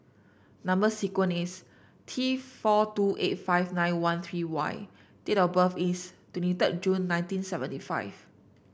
number sequence is T four two eight five nine one three Y date of birth is twenty third June nineteen seventy five